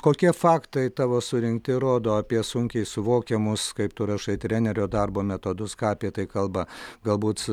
kokie faktai tavo surinkti rodo apie sunkiai suvokiamus kaip tu rašai trenerio darbo metodus ką apie tai kalba galbūt